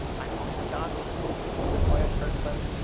i also got the foia search slip